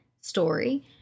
story